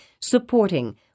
supporting